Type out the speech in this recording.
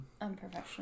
Unprofessional